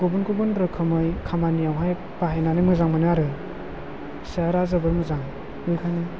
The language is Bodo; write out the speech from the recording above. गुबुन गुबुन रोखोमै खामानियावहाय बाहायनानै मोजां मोनो आरो सियारा जोबोर मोजां ओंखायनो